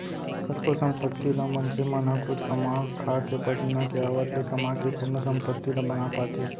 कतको संपत्ति ल मनसे मन ह खुद कमा खाके पसीना के आवत ले कमा के कोनो संपत्ति ला बना पाथे